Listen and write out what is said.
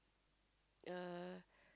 uh